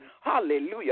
Hallelujah